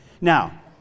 Now